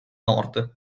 nord